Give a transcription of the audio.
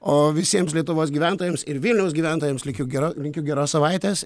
o visiems lietuvos gyventojams ir vilniaus gyventojams linkiu gero linkiu geros savaitės